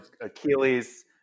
Achilles